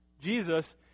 Jesus